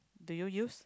do you use